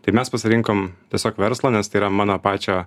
tai mes pasirinkom tiesiog verslą nes tai yra mano pačio